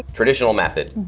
traditional method,